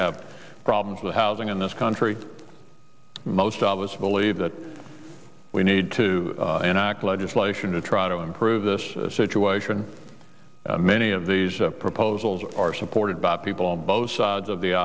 have problems with housing in this country most of us believe that we need to enact legislation to try to improve this situation many of these proposals are supported by people on both sides of the